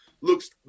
looks